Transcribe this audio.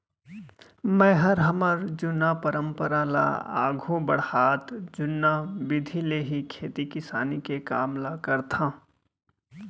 मैंहर हमर जुन्ना परंपरा ल आघू बढ़ात जुन्ना बिधि ले ही खेती किसानी के काम ल करथंव